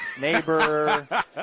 neighbor